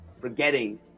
forgetting